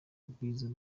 ubwiza